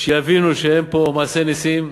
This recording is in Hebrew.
כדי שיבינו שאין פה מעשה נסים,